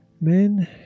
Men